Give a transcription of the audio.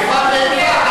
חבר הכנסת עפו אגבאריה,